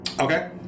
Okay